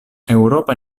eŭropa